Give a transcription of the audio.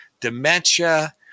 dementia